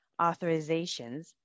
authorizations